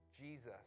Jesus